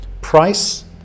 price